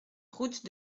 route